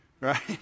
right